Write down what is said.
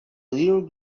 little